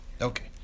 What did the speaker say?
Okay